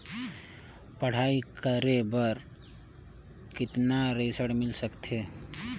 पढ़ाई करे बार कितन ऋण मिल सकथे?